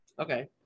Okay